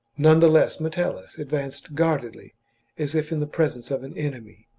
none the less metellus advanced guardedly as if in the presence of an enemy,